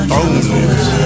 Bones